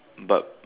but